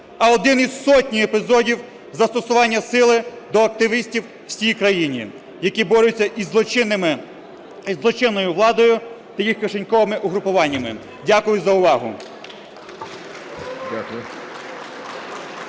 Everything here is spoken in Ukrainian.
а один із сотень епізодів застосування сили до активістів у всій країні, які борються із злочинною владою та їх кишеньковими угрупуваннями. Дякую за увагу.